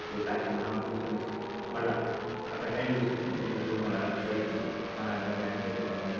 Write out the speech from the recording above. ఏ కార్యక్రమం ఉన్నా చూసుకునేసి మళ్ళీ అక్కడ టైం చూసుకొనేసి ఇప్పుడు మళ్ళీ ఫ్లైట్లో మన గమ్యానికి చేరుకోగలం